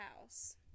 house